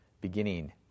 beginning